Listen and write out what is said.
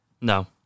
No